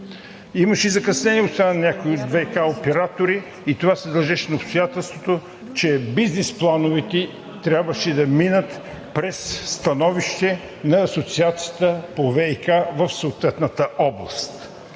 Имаше закъснение от страна на някои ВиК оператори и това се дължеше на обстоятелството, че бизнес плановете трябваше да минат през становище на Асоциацията по ВиК в съответната област.